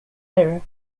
error